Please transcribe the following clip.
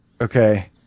Okay